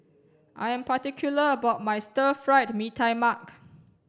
I am particular about my stir fried mee tai mak